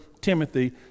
Timothy